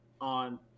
on